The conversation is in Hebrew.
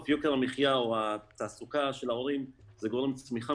יוקר המחיה או התעסוקה של ההורים זה גורם צמיחה,